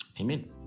Amen